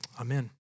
Amen